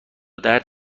درد